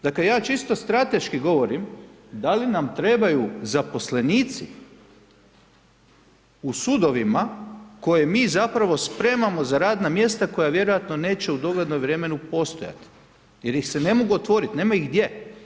Dakle, ja vam čisto strateški govorim, da li nam trebaju zaposlenici u sudovima koje mi zapravo spremamo za radna mjesta koja vjerojatno neće u doglednom vremenu postojati, jer ih se ne mogu otvoriti, nemaju gdje.